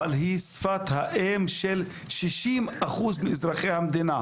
אבל היא שפת האם של 60% מאזרחי המדינה.